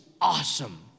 awesome